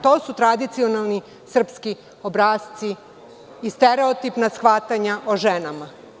To su tradicionalni srpski obrasci i stereotipna shvatanja o ženama.